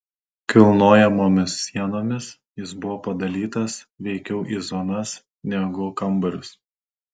kilnojamomis sienomis jis buvo padalytas veikiau į zonas negu kambarius